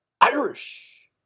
Irish